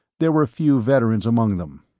there were few veterans among them.